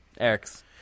Eric's